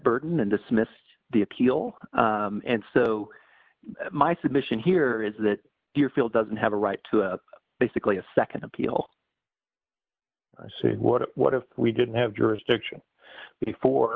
burden and dismissed the appeal and so my submission here is that you feel doesn't have a right to a basically a nd appeal so what what if we didn't have jurisdiction before